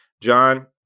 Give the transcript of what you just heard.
John